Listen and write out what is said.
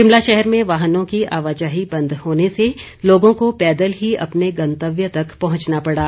शिमला शहर में वाहनों की आवाजाही बंद होने से लोगों को पैदल ही अपने गंतव्य तक पहंचना पड़ा